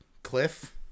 Cliff